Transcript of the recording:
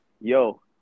yo